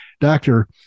doctor